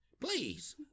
Please